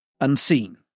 unseen